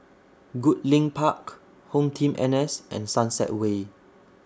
Goodlink Park HomeTeam N S and Sunset Way